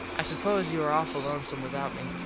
i suppose you are awful lonesome without me.